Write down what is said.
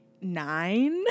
nine